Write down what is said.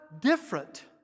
different